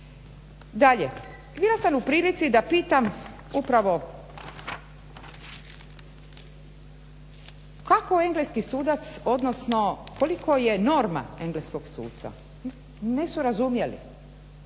Dalje, bila sam u prilici da pitam upravo kako engleski sudac, odnosno koliko je norma engleskog suca. Nisu razumjeli